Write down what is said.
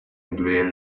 incluyen